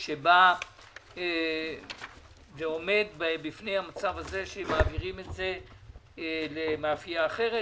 שבה זה עומד במצב הזה שמעבירים את זה למאפייה אחרת,